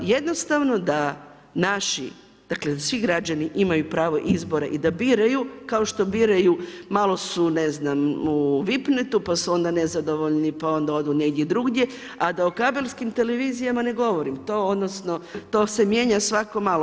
Jednostavno da naši, dakle, da svi građani imaju prav izbor i da biraju, kao što biraju, malo su ne znam u Vipnetu, pa su onda nezadovoljni, pa onda odu negdje drugdje, a da o kabelskim televizijama da ne govorim, to odnosno, to se mijenja svako malo.